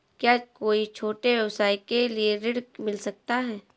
क्या कोई छोटे व्यवसाय के लिए ऋण मिल सकता है?